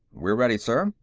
we're ready, sir,